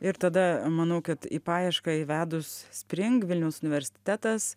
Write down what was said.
ir tada manau kad į paiešką įvedus spring vilniaus universitetas